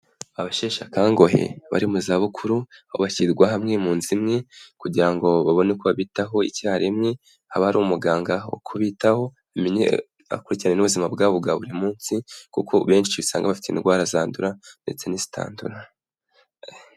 Abasheshakanguhe bari mu zabukuru bashyirwa hamwe mu nzu imwe kugira ngo babone uko bitaho icyarimwe. Haba hari umuganga wo kubitaho amenye, akurikirane n'ubuzima bwabo bwa buri munsi, kuko benshi usanga bafite indwara zandura ndetse n'izitandura.